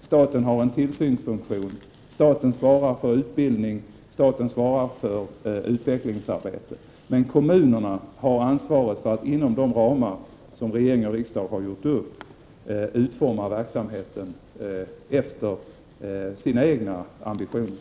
Staten har en tillsynsfunktion, och staten svarar för utbildning och för utvecklingsarbete. Men kommunerna har ansvaret för att inom de ramar som riksdag och regering har gjort upp utforma verksamheten efter sina egna ambitioner.